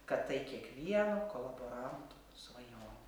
kad tai kiekvieno kolaboranto svajonė